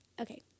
Okay